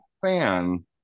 fan